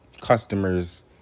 customers